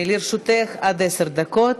לרשותך עד עשר דקות,